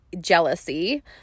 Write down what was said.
jealousy